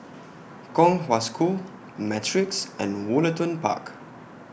Kong Hwa School Matrix and Woollerton Park